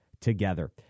together